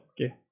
Okay